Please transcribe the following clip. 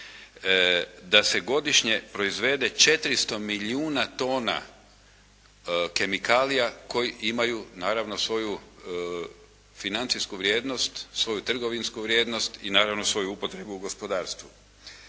Da se godišnje proizvede 400 milijuna tona kemikalija koje imaju naravno svoju financijsku vrijednost, svoju trgovinsku vrijednost i naravno svoju upotrebu u gospodarstvu.